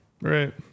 Right